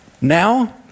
now